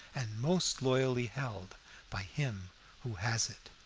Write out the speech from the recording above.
and most loyally held by him who has it.